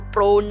Pro